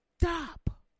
stop